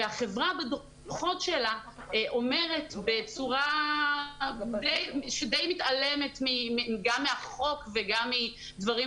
והחברה בדוחות שלה אומרת בצורה שדי מתעלמת גם מהחוק וגם מרשות